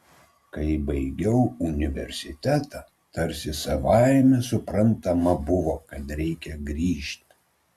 kai baigiau universitetą tarsi savaime suprantama buvo kad reikia grįžt